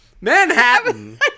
Manhattan